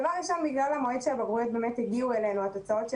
דבר ראשון בגלל המועד שבו התוצאות של